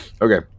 Okay